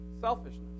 selfishness